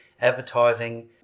advertising